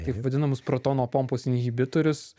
taip vadinamus protono pompos inhibitorius